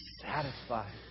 satisfied